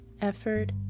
effort